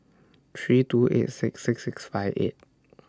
three two eight six six six five eight